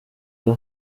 ngo